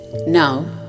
now